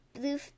Blue